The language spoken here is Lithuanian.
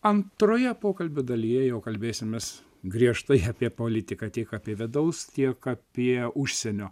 antroje pokalbio dalyje jau kalbėsimės griežtai apie politiką tiek apie vidaus tiek apie užsienio